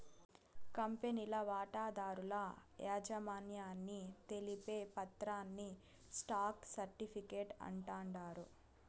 కంపెనీల వాటాదారుల యాజమాన్యాన్ని తెలిపే పత్రాని స్టాక్ సర్టిఫీకేట్ అంటాండారు